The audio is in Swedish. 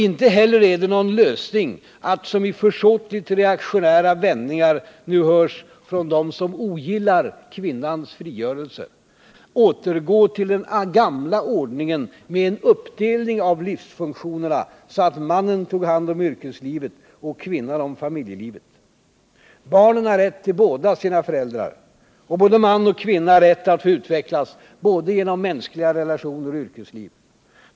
Inte heller är det någon lösning att — som i försåtligt reaktionära vändningar nu hörs från dem som ogillar kvinnans frigörelse — återgå till den gamla ordningen med en uppdelning av livsfunktionerna, så att mannen tar hand om yrkeslivet och kvinnan om familjelivet. Barnen har rätt till båda sina föräldrar, och både man och kvinna har rätt att få utvecklas såväl genom mänskliga relationer som genom yrkesliv.